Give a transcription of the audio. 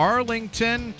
Arlington